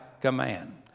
command